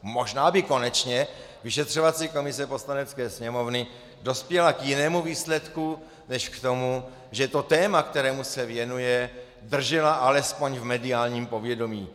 Možná by konečně vyšetřovací komise Poslanecké sněmovny dospěla k jinému výsledku než k tomu, že to téma, kterému se věnuje, držela alespoň v mediálním povědomí.